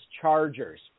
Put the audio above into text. Chargers